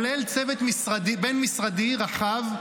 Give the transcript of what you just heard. כולל צוות בין-משרדי רחב,